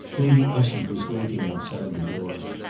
lady ushant was waiting outside the door.